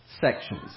sections